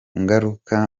ngaruka